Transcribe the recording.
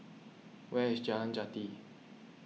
where is Jalan Jati